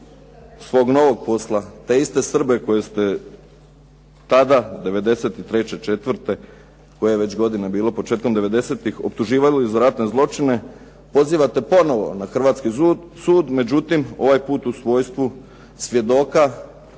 svog novog posla te iste Srbe koje ste tada 93., 94. koje je već godine bilo, početkom devedesetih optuživali za ratne zločine, pozivate ponovo na hrvatski sud, međutim ovaj put u svojstvu svjedoka